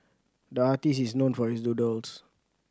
the artist is known for his doodles